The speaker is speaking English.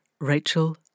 Rachel